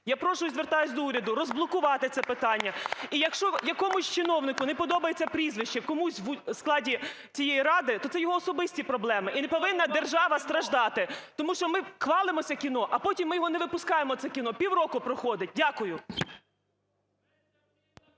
Я прошу і звертаюсь до уряду розблокувати це питання. І якщо якомусь чиновнику не подобається прізвище когось в складі цієї ради, то це його особисті проблеми, і не повинна держава страждати. Тому що ми хвалимося кіно, а потім ми його не випускаємо, це кіно, півроку проходить. Дякую.